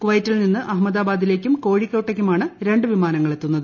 കുവൈറ്റിൽ നിന്ന് അഹമ്മദാബാദിലേക്കും കോഴിക്കോട്ടേക്കുമാണ് രണ്ട് വിമാനങ്ങൾ എത്തുന്നത്